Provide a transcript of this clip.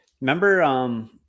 Remember